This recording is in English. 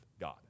God